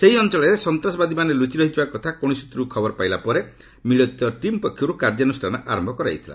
ସେହି ଅଞ୍ଚଳରେ ସନ୍ତାସବାଦୀମାନେ ଲ୍ରଚି ରହିଥିବା କଥା କୌଶସି ସ୍ନତ୍ରରୁ ଖବର ପାଇଲା ପରେ ମିଳିତ ଟିମ୍ ପକ୍ଷରୁ କାର୍ଯ୍ୟାନୁଷ୍ଠାନ ଆରମ୍ଭ କରାଯାଇଥିଲା